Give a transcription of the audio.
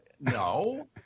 No